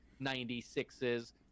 96s